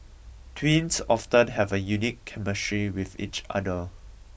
twins often have a unique chemistry with each other